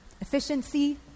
efficiency